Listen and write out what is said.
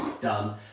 done